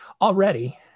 already